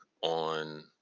on